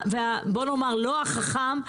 לא החכם,